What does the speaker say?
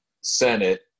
Senate